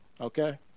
okay